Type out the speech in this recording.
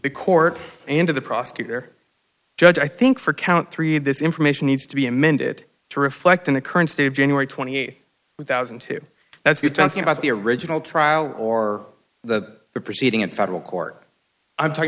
the court and of the prosecutor judge i think for count three this information needs to be amended to reflect in the current state of january twenty eighth two thousand and two that's you talking about the original trial or the proceeding in federal court i'm talking